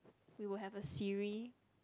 we will have a Siri